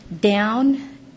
down